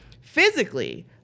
Physically